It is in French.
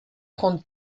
trente